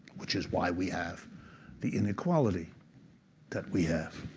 which is why we have the inequality that we have.